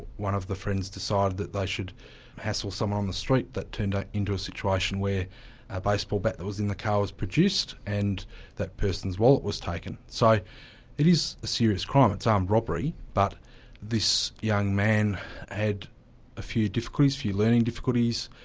one of the friends decided that they should hassle someone on the street that turned into a situation where a baseball bat that was in the car was produced, and that person's wallet was taken. so it is a serious crime it's armed robbery, but this young man had a few difficulties, a few learning difficulties,